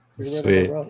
Sweet